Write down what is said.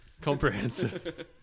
Comprehensive